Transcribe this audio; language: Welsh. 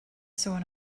sôn